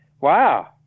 Wow